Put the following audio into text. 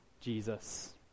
Jesus